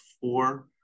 four